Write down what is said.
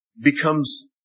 becomes